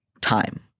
time